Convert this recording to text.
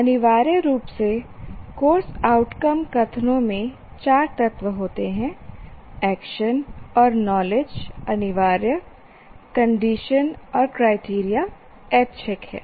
अनिवार्य रूप से कोर्स आउटकम कथनों में चार तत्व होते हैं एक्शन और नॉलेज अनिवार्य कंडीशन और क्राइटेरिया ऐच्छिक है